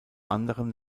anderen